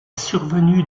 survenue